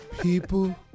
People